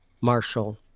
Marshall